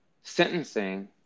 sentencing